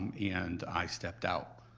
um and i stepped out.